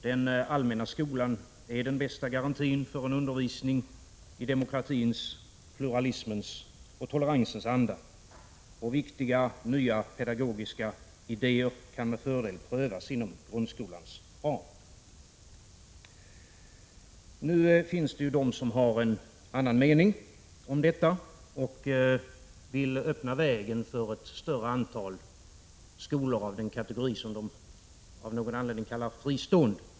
Den allmänna skolan är den bästa garantin för en undervisning i demokratins, pluralismens och toleransens anda. Viktiga nya pedagogiska idéer kan med fördel prövas inom grundskolans ram. Nu finns det de som har en annan mening om detta och vill öppna vägen för ett större antal skolor av den kategori som de av någon anledning kallar fristående.